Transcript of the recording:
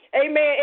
Amen